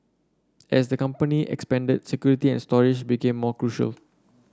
as the company expanded security and storage became more crucial